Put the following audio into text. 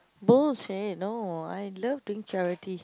bullshit no I love doing charity